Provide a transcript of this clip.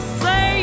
say